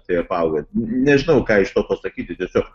tai apauga nežinau ką iš to pasakyti tiesiog